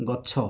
ଗଛ